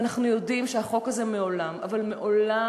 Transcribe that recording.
ואנחנו יודעים שהחוק הזה מעולם, אבל מעולם,